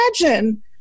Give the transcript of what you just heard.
imagine